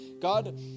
God